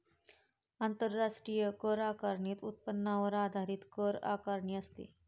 आंतरराष्ट्रीय कर आकारणीत उत्पन्नावर आधारित कर आकारणी असते